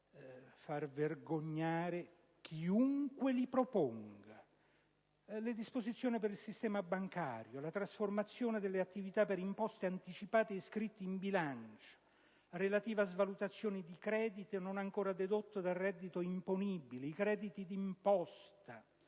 riferisco in particolare alle disposizioni per il sistema bancario, alla trasformazione delle attività per imposte anticipate iscritte in bilancio relative a svalutazioni di credito non ancora dedotto dal reddito imponibile, ai crediti d'imposta.